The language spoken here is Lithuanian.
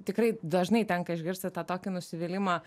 tikrai dažnai tenka išgirsti tą tokį nusivylimą